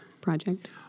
project